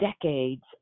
decades